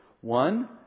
One